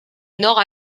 nord